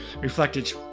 reflected